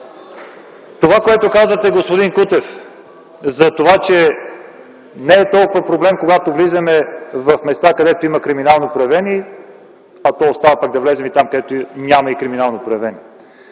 Това, което казвате, господин Кутев, че не е толкова проблем, когато влизаме в места, където има криминално проявени - то пък остава да влезем там, където няма криминално проявени.